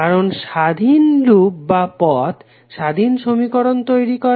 কারণ স্বাধীন লুপ বা পথ স্বাধীন সমীকরণ তৈরি করে